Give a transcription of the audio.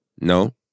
No